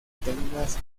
tengas